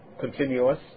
continuous